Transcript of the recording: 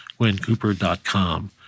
GwenCooper.com